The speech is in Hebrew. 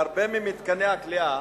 בהרבה ממתקני הכליאה